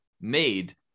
made